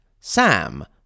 Sam